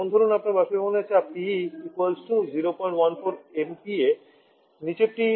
যেমন ধরুন আপনার বাষ্পীভবনের চাপ PE 014 MPa নীচেরটি